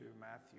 Matthew